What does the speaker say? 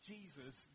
Jesus